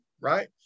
right